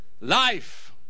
life